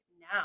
now